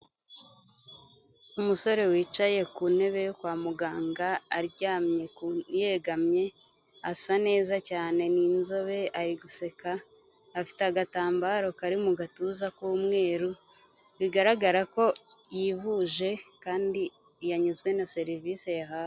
Umusore wicaye ku ntebe kwa muganga aryamye yegamye, asa neza cyane n'inzobe ari guseka, afite agatambaro kari mu gatuza k'umweru, bigaragara ko yivuje kandi yanyuzwe na serivisi yahawe.